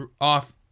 off